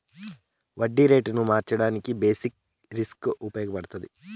వడ్డీ రేటును మార్చడానికి బేసిక్ రిస్క్ ఉపయగపడతాది